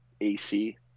AC